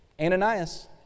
Ananias